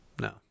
No